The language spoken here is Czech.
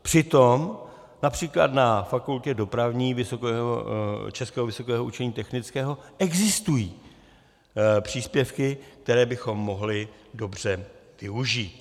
Přitom například na Fakultě dopravní Českého vysokého učení technického existují příspěvky, které bychom mohli dobře využít.